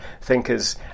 thinkers